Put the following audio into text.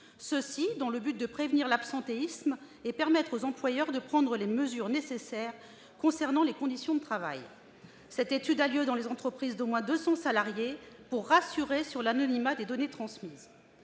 afin de prévenir l'absentéisme et de permettre à ces employeurs de prendre les mesures nécessaires concernant les conditions de travail. Cette étude a lieu dans les entreprises d'au moins 200 salariés, afin de rassurer le public quant à l'anonymat des données transmises.